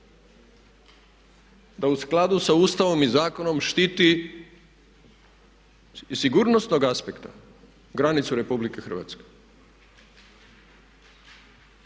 da u skladu sa Ustavom i zakonom štiti iz sigurnosnog aspekta granicu RH? To je prvo